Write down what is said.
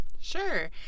Sure